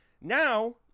Now